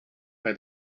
bei